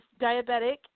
diabetic